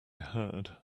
heard